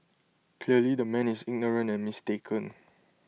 clearly the man is ignorant and mistaken